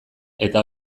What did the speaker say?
eta